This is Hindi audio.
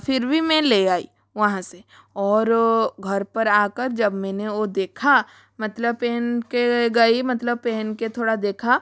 फिर भी मैं ले आई वहाँ से और घर पर आ कर जब मैंने वो देखा मतलब पहन के गई मतलब पहन के थोड़ा देखा